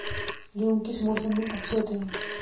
गेहूँ किस मौसम में अच्छे होते हैं?